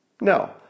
No